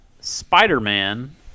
Spider-Man